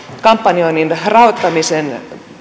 kampanjoinnin rahoittamisen